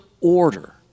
order